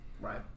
Right